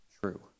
true